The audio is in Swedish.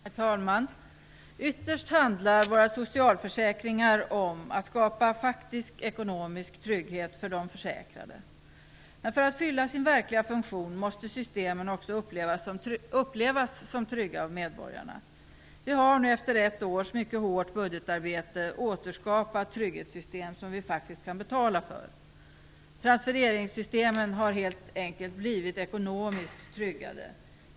Herr talman! Ytterst handlar våra socialförsäkringar om att skapa faktisk ekonomisk trygghet för de försäkrade. Men för att fylla sin verkliga funktion måste systemen också upplevas som trygga av medborgarna. Vi har nu efter ett års mycket hårt budgetarbete återskapat ett trygghetssystem som vi faktiskt kan betala för. Transfereringssystemen har helt enkelt blivit ekonomiskt tryggade.